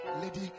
lady